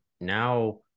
now